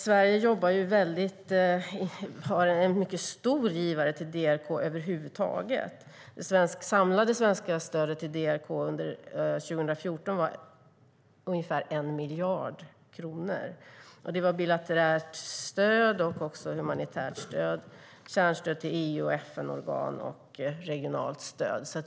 Sverige är en mycket stor givare till DRK över huvud taget. Det samlade svenska stödet till DRK under 2014 var ungefär 1 miljard kronor. Det var bilateralt och humanitärt stöd, kärnstöd till EU och FN-organ och regionalt stöd.